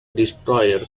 destroyer